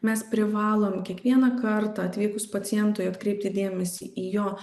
mes privalom kiekvieną kartą atvykus pacientui atkreipti dėmesį į jo